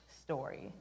story